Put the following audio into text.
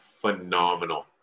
phenomenal